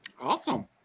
Awesome